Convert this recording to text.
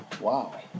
Wow